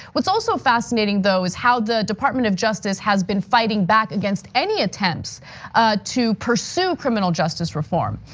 what's also fascinating though is how the department of justice has been fighting back against any attempts to pursue criminal justice reform.